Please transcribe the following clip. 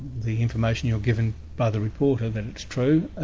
the information you're given by the reporter, that it's true,